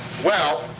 well,